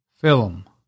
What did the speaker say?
Film